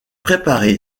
préparé